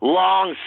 long